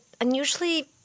unusually